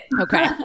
Okay